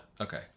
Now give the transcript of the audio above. Okay